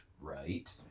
right